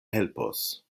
helpos